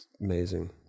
Amazing